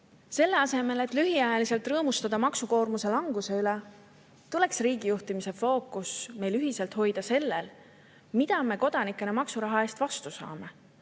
Selle asemel et lühikest aega rõõmustada maksukoormuse languse üle, tuleks riigijuhtimise fookus meil ühiselt hoida sellel, mida me kodanikena maksuraha eest vastu saame.